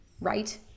right